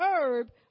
herb